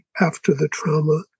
after-the-trauma